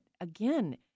again